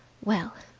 well,